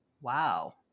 Wow